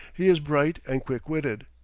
he is bright and quick-witted.